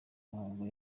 muhango